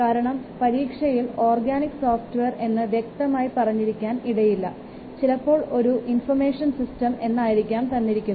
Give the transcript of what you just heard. കാരണം പരീക്ഷയിൽ organic software എന്ന് വ്യക്തമായി പറഞ്ഞിരിക്കാൻ ഇടയില്ല ചിലപ്പോൾ ഒരു ഇൻഫർമേഷൻ സിസ്റ്റം എന്നായിരിക്കാം തന്നിരിക്കുന്നത്